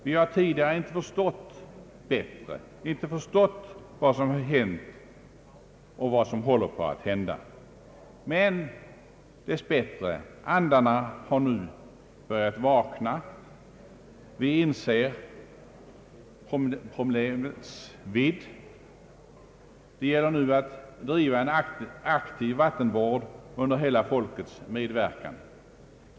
Vi har tidigare inte förstått bättre, inte förstått vad som hänt och vad som håller på att hända. Men, dess bättre, andarna har nu börjat vakna. Vi inser problemets vidd. Det gäller nu att driva en aktiv vattenvård under hela folkets medverkan.